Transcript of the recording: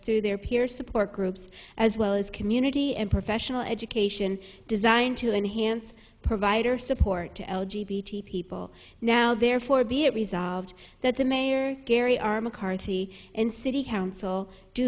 through their peer support groups as well as community and professional education designed to enhance provider support to people now therefore be it resolved that the mayor gary r mccarthy and city council do